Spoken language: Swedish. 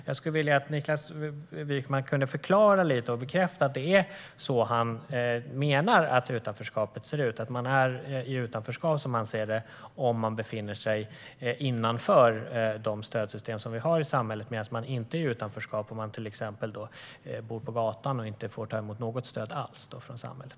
Jag skulle vilja att Niklas Wykman förklarade detta lite grann och bekräftade att det är så han menar att utanförskapet ser ut. Som han ser det är man alltså i utanförskap om man befinner sig innanför de stödsystem som vi har i samhället medan man inte är i utanförskap om man till exempel bor på gatan och inte får ta emot något stöd alls från samhället.